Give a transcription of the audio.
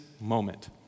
moment